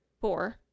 four